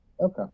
Okay